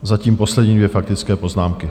Zatím poslední dvě faktické poznámky.